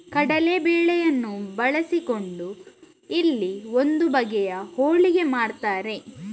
ಕಡಲೇ ಬೇಳೆಯನ್ನ ಬಳಸಿಕೊಂಡು ಇಲ್ಲಿ ಒಂದು ಬಗೆಯ ಹೋಳಿಗೆ ಮಾಡ್ತಾರೆ